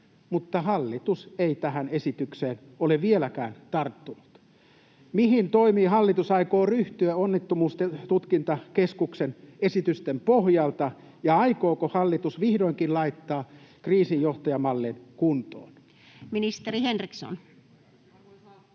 mutta hallitus ei tähän esitykseen ole vieläkään tarttunut. Mihin toimiin hallitus aikoo ryhtyä Onnettomuustutkintakeskuksen esitysten pohjalta, ja aikooko hallitus vihdoinkin laittaa kriisinjohtajamallin kuntoon? [Speech